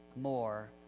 more